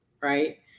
right